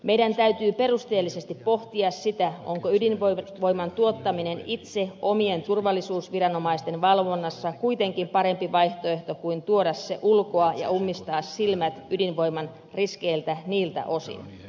meidän täytyy perusteellisesti pohtia sitä onko ydinvoiman tuottaminen itse omien turvallisuusviranomaisten valvonnassa kuitenkin parempi vaihtoehto kuin tuoda sähkö ulkoa ja ummistaa silmät ydinvoiman riskeiltä niiltä osin